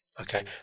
okay